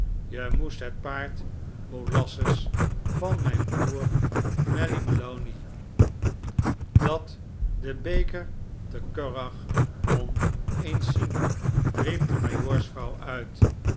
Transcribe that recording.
e moest het paard molasses van mijn broer malley maloney dat den beker te curragh won eens zien riep de majoorsvrouw uit